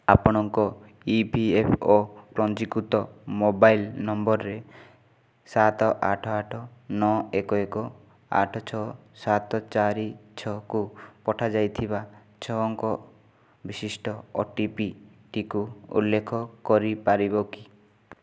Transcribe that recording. ଆପଣଙ୍କ E P F O ପଞ୍ଜୀକୃତ mobile ନମ୍ବର୍ରେ ସାତ ଆଠ ଆଠ ନଅ ଏକ ଏକ ଆଠ ଛଅ ସାତ ଚାରି ଛଅକୁ ପଠାଯାଇଥିବା ଛଅ ଅଙ୍କ ବିଶିଷ୍ଟ ଓଟିପିଟିକୁ ଉଲ୍ଲେଖ କରିପାରିବ କି